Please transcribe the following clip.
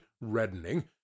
reddening